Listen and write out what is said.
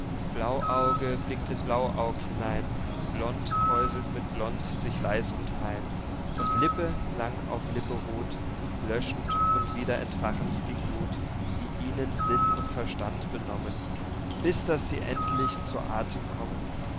hängt blauauge blickt in blauaug hinein blond kräuselt mit blond sich leis und fein und lippe lang auf lippe ruht löschend und wieder entfachend die gluth die ihnen sinn und verstand benommen bis daß sie endlich zu athem kommen